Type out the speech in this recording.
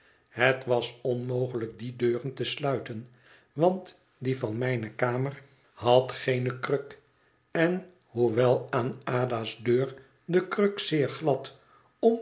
het was onmogelijk die deuren te sluiten want die van mijne kamer had geene kruk en hoewel aan ada's deur de kruk zeer glad